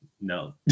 no